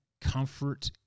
comfort